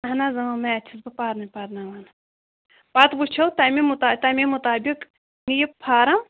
اَہَن حظ میتھ چھَس بہٕ پانے پَرناوان پَتہٕ وُچھو تَمہِ مُطا تَمے مُطابِق نہِ یہِ فارَم